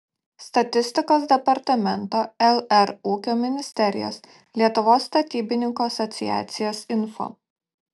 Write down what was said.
statistikos departamento lr ūkio ministerijos lietuvos statybininkų asociacijos info